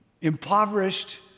impoverished